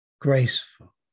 graceful